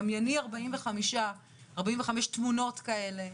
דמיינו 45 תמונות כאלו.